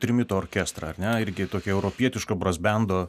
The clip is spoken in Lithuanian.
trimito orkestrą ar ne irgi tokį europietišką brasbendo